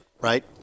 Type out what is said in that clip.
right